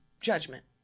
judgment